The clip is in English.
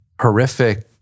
horrific